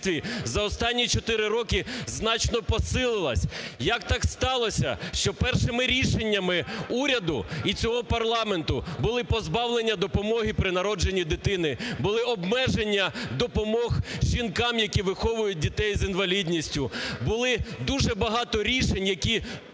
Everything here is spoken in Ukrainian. за останні чотири роки значно посилилася. Як так сталося, що першими рішеннями уряду і цього парламенту були позбавлення допомоги при народженні дитини, були обмеження допомог жінкам, які виховують дітей з інвалідністю, було дуже багато рішень, які